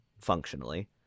functionally